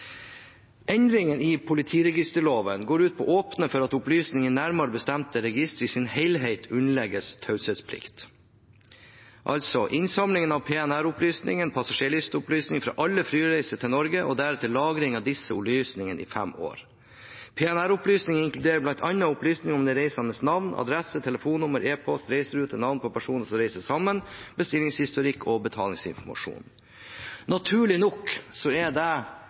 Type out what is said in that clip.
i politiregisterloven går ut på å åpne for at opplysninger i nærmere bestemte register i sin helhet underlegges taushetsplikt. Det gjelder altså innsamling av PNR-opplysninger og passasjerlisteopplysninger fra alle flyreiser til Norge og deretter lagring av disse opplysningene i fem år. PNR-opplysninger inkluderer bl.a. opplysninger om den reisendes navn, adresse, telefonnummer, e-post, reiserute, navn på personer som reiser sammen, bestillingshistorikk og betalingsinformasjon. Naturlig nok er det